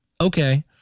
Okay